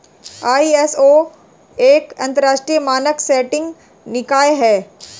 ISO एक अंतरराष्ट्रीय मानक सेटिंग निकाय है